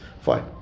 Fine